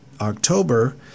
October